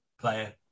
player